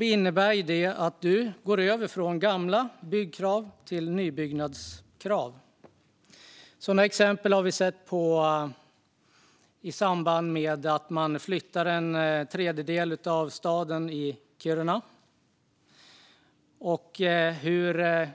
innebär det att du går över från gamla byggkrav till nybyggnadskrav. Sådana exempel har vi sett i samband med att en tredjedel av Kiruna stad ska flyttas.